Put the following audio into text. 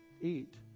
eat